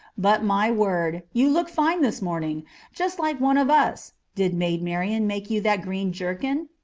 but my word! you look fine this morning just like one of us. did maid marian make you that green jerkin?